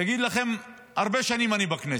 אני אגיד לכם, הרבה שנים אני בכנסת,